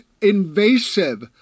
invasive